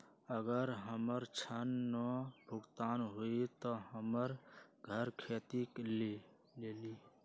अगर हमर ऋण न भुगतान हुई त हमर घर खेती लेली?